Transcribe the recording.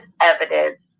evidence